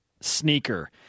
sneaker